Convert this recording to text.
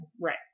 Right